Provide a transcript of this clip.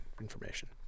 information